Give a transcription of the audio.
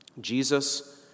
Jesus